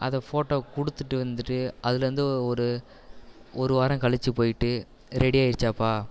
அதை ஃபோட்டோ கொடுத்துட்டு வந்துட்டு அதிலேருந்து ஒரு ஒரு வாரம் கழித்து போய்விட்டு ரெடியாகிருச்சாப்பா